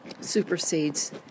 supersedes